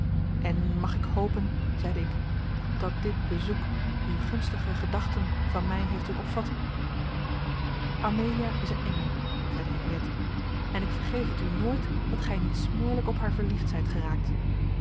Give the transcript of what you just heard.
en mag ik hopen zeide ik dat dit bezoek u gunstiger gedachten van mij heeft doen opvatten amelia is een engel zeide henriëtte en ik vergeef het u nooit dat gij niet smoorlijk op haar verliefd zijt geraakt